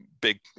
big